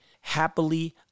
happily